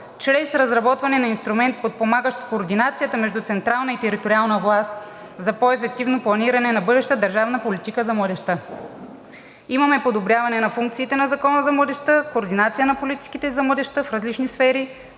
чрез разработване на инструмент, подпомагащ координацията между централна и териториална власт за по-ефективно планиране на бъдеща държавна политика за младежта. Имаме подобряване на функциите на Закона за младежта, координация на политиките за младежта в различни сфери